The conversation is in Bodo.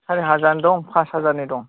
सारि हाजारनि दं पास हाजारनि दं